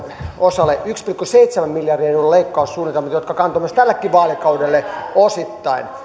osalle yhden pilkku seitsemän miljardin euron leikkaus suunitelmiin jotka kantoivat myös tälle vaalikaudelle osittain